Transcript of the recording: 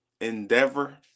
endeavor